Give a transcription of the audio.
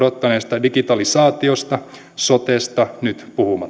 kauan odottaneesta digitalisaatiosta sotesta nyt puhumattakaan toisaalta